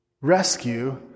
Rescue